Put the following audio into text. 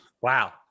Wow